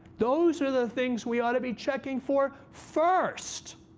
those are the things we ought to be checking for first.